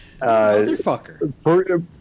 Motherfucker